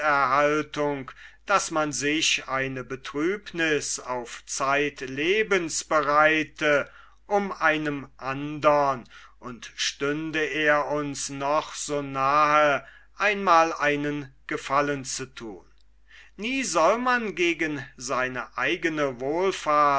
selbsterhaltung daß man sich eine betrübniß auf zeit lebens bereite um einem andern und stände er uns noch so nahe ein mal einen gefallen zu thun nie soll man gegen seine eigene wohlfahrt